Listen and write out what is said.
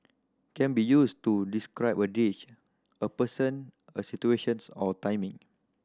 can be used to describe a dish a person a situations or a timing